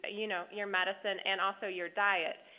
you know, your medicine and also your diet.